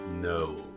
No